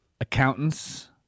accountants